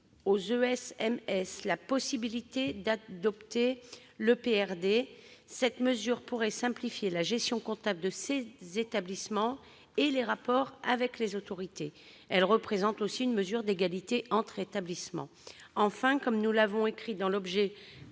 la possibilité d'adopter l'EPRD. Cette mesure pourrait simplifier la gestion comptable de ces établissements et les rapports avec les autorités. Elle représente aussi une mesure d'égalité entre établissements. Enfin, il s'agit d'une